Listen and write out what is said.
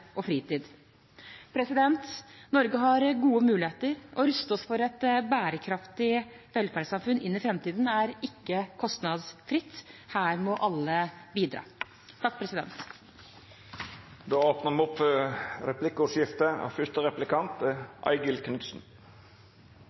og fritid. Norge har gode muligheter. Å ruste oss for et bærekraftig velferdssamfunn inn i framtiden er ikke kostnadsfritt. Her må alle bidra. Det vert replikkordskifte. Jeg vil begynne med å gratulere statsråden med fornyet tillit som arbeids- og